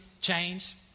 change